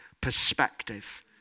perspective